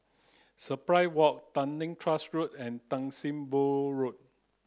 Surprise Walk Tanglin Trust Road and Tan Sim Boh Road